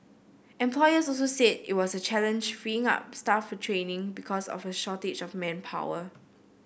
employers also said it was a challenge freeing up staff for training because of a shortage of manpower